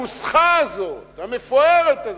הנוסחה המפוארת הזאת,